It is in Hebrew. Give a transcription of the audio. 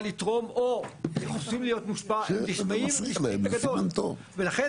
לתרום או הם רוצים להיות נשמעים הם נשמעים בגדול ולכן